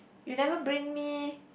you never bring me